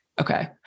Okay